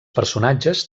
personatges